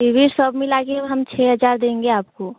फिर भी सब मिला कर हम छः हज़ार देंगे आपको